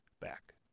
back